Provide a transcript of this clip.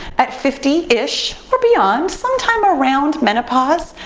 at fifty ish or beyond, sometime around menopause,